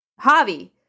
Javi